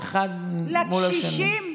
לקשישים?